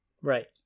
Right